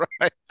right